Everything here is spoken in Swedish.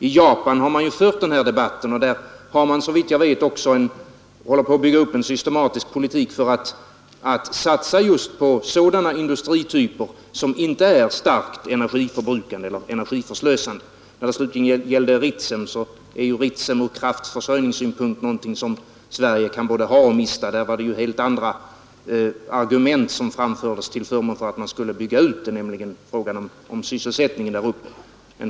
I Japan har det förts en livlig debatt om detta spörsmål, och där håller man såvitt jag vet också på att bygga upp en systematisk politik för att satsa just på sådana industrityper som inte är starkt energiförbrukande eller energiförslösande. När det slutligen gäller Ritsem så är ju det någonting som Sverige ur kraft försörjningssynpunkt kan både ha och mista. I den debatten var det ju helt andra argument som framfördes till förmån för en utbyggnad, nämligen sysselsättningen där uppe.